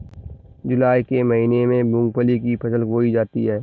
जूलाई के महीने में मूंगफली की फसल बोई जाती है